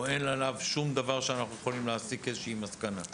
או שאין עליהם שום דבר שאנחנו יכולים להסיק ממנו איזושהי מסקנה?